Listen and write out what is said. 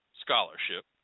scholarship